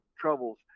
troubles